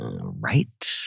Right